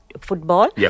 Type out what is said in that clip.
Football